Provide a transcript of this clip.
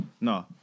No